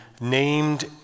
named